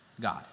god